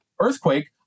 earthquake